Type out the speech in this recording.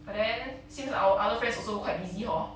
but then seems our other friends also quite busy hor